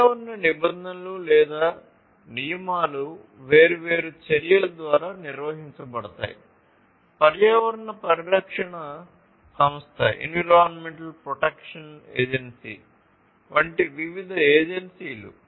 పర్యావరణ నిబంధనలు లేదా నియమాలు వేర్వేరు చర్యల ద్వారా నిర్వహించబడతాయి పర్యావరణ పరిరక్షణ సంస్థ వంటి వివిధ ఏజెన్సీలు